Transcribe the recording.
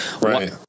Right